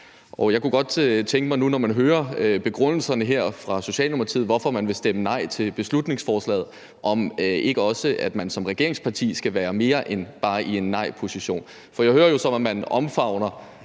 Jeg kunne godt tænke mig nu, når man hører begrundelserne her fra Socialdemokratiet for at stemme nej til beslutningsforslaget, at spørge, om man ikke også som regeringsparti skal være mere end bare at være i en nejposition. For jeg hører jo, at man omfavner